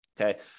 okay